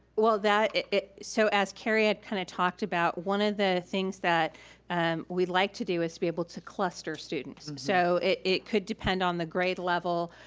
well, that, so as kari had kind of talked about, one of the things that we'd like to do is be able to cluster students. so it it could depend on the grade level,